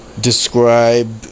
describe